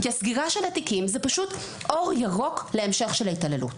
כי הסגירה של התיקים היא פשוט אור ירוק להמשך של ההתעללות.